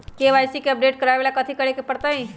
KYC के update करवावेला कथि करें के परतई?